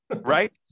right